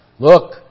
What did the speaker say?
Look